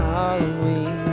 Halloween